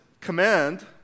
command